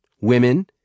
women